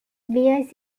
vic